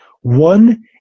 one